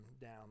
down